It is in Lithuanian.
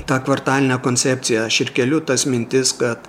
tą kvartalinę koncepciją aš ir keliu tas mintis kad